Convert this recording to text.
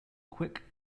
quick